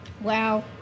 Wow